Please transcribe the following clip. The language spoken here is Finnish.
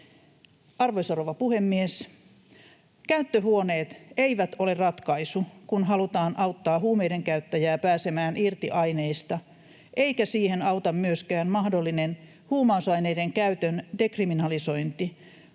Arvoisa rouva puhemies! Käyttöhuoneet eivät ole ratkaisu, kun halutaan auttaa huumeiden käyttäjää pääsemään irti aineista, eikä siihen auta myöskään mahdollinen huumausaineiden käytön dekriminalisointi,